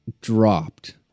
dropped